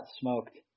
smoked